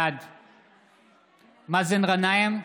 בעד מאזן גנאים,